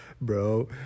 bro